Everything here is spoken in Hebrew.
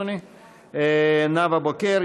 אדוני?; נאוה בוקר,